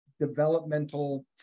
developmental